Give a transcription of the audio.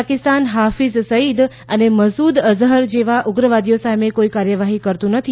પાકિસ્તાને હાફીઝ સઈદ અને મસૂદ અઝફર જેવા ઉગ્રવાદીઓ સામે કોઈ કાર્યવાહી કરતું નથી